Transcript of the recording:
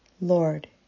Lord